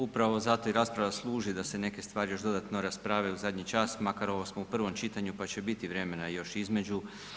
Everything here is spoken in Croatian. Upravo zato rasprava i služi da se neke stvari još dodatno raspre u zadnji čak, makar ovo smo u prvom čitanju pa će biti vremena još između.